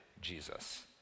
Jesus